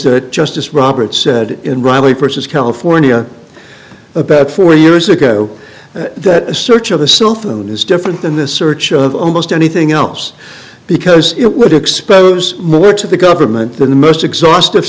that justice roberts said in riley purses california about four years ago that a search of a cell phone is different than the search of almost anything else because it would expose more to the government than the most exhaustive